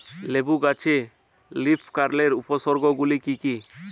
লেবু গাছে লীফকার্লের উপসর্গ গুলি কি কী?